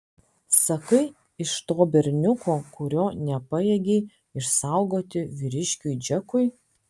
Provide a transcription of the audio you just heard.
sakai iš to berniuko kurio nepajėgei išsaugoti vyriškiui džekui